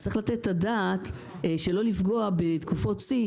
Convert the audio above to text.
צריך לתת את הדעת לא לפגוע בתקופות שיא,